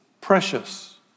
precious